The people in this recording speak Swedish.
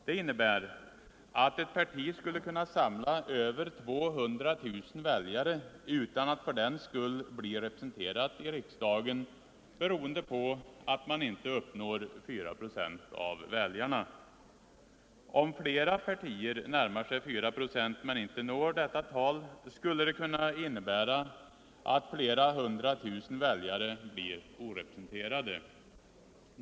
Det innebär att ett parti skulle kunna samla över 200 000 väljare utan att för den skull bli representerat i riksdagen, beroende på att man inte uppnår 4 procent av väljarna. Om flera partier närmar sig 4 procent men inte når detta tal skulle det kunna innebära att flera hundra tusen väljare blir orepresenterade.